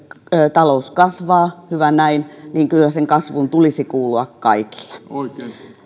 talous kasvaa hyvä näin niin kyllä sen kasvun tulisi kuulua kaikille